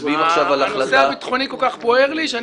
מצביעים עכשיו על החלטה --- הנושא הביטחוני כל כך בוער לי שאני